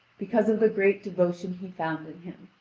because of the great devotion he found in him.